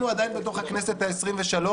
אנחנו עדיין בתוך הכנסת העשרים-ושלוש,